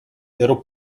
ero